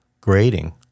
grading